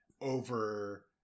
over